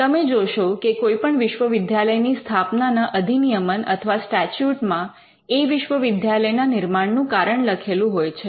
તમે જોશો કે કોઈપણ વિશ્વવિદ્યાલયની સ્થાપનાના અધિનિયમન અથવા સ્ટેચ્યુટ માં એ વિશ્વવિદ્યાલયના નિર્માણનું કારણ લખેલું હોય છે